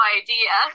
idea